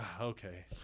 okay